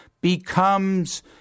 becomes